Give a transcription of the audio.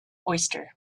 oyster